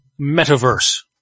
metaverse